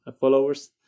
followers